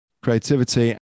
creativity